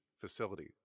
facility